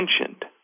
mentioned